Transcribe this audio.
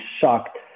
shocked